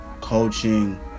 coaching